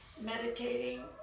meditating